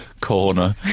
corner